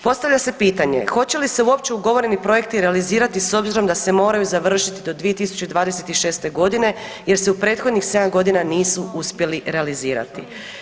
Postavlja se pitanje hoće li se uopće ugovoreni projekti realizirati s obzirom da se moraju završiti do 2026.- godine jer se u prethodnih sedam godina nisu uspjeli realizirati.